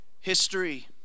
history